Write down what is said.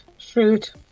Fruit